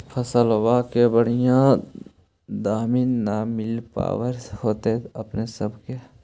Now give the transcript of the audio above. फसलबा के बढ़िया दमाहि न मिल पाबर होतो अपने सब के?